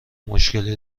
مشکلی